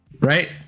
right